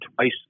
twice